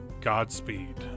Godspeed